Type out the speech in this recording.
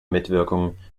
mitwirkung